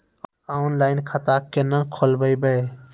Online खाता केना खोलभैबै?